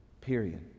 Period